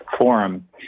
forum